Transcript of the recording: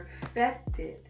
perfected